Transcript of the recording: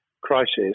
crisis